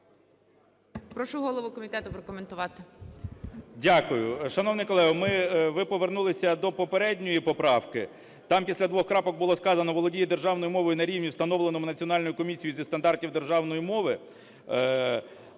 Прошу голову комітету прокоментувати. 11:03:53 КНЯЖИЦЬКИЙ М.Л. Дякую. Шановний колего, ми… ви повернулися до попередньої поправки. Там після двох крапок було сказано "володіє державною мовою на рівні, встановленому Національною комісією зі стандартів державної мови".